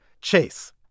Chase